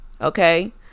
Okay